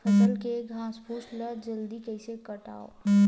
फसल के घासफुस ल जल्दी कइसे हटाव?